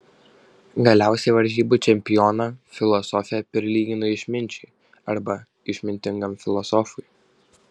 galiausiai varžybų čempioną filosofė prilygino išminčiui arba išmintingam filosofui